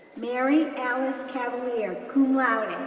mary alice cavalier, cum laude,